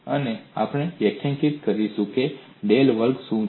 અને આપણે વ્યાખ્યાયિત કરીશું કે ડેલ વર્ગ શું છે